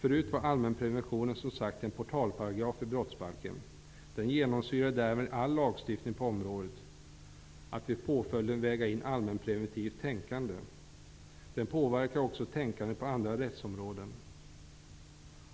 Förut var allmänpreventionen, som sagt, en portalparagraf i brottsbalken. Den genomsyrade därmed all lagstiftning på området, att vid påföljden väga in allmänpreventivt tänkande. Den påverkade också tänkandet på andra rättsområden.